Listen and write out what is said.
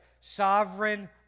Sovereign